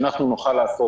שאנחנו נוכל לעשות,